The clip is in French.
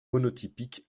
monotypique